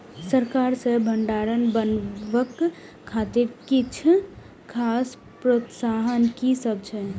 सरकार सँ भण्डार बनेवाक खातिर किछ खास प्रोत्साहन कि सब अइछ?